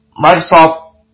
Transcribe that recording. Microsoft